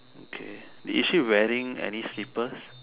okay is she wearing any slippers